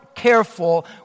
Careful